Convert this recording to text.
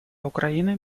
украины